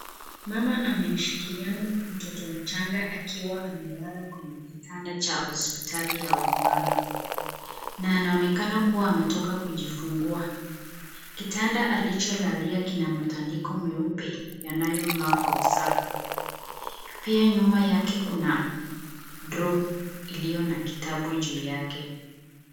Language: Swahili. Mama amemshikilia mtoto mchanga akiwa amelala kwenye kitanda cha hospitali ya wamama na anonekana kuwa ametoka kujifungua. Kitanda alicholalia kina matandiko meupe yanayong'aa kwa usafi. Pia nyuma yake kuna drawer iliyo na kitabu juu yake.